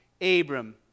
Abram